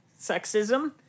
sexism